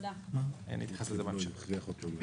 אתייחס לזה בהמשך.